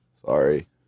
Sorry